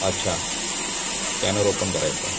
अच्छा scanner open करायचा